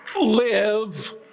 live